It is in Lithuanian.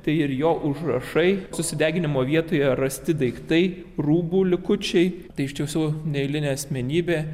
tai ir jo užrašai sudeginimo vietoje rasti daiktai rūbų likučiai tai iš tiesų neeilinė asmenybė